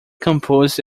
composed